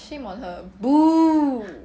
shame on her !boo!